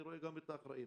אני רואה גם את האחראיים.